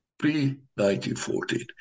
pre-1914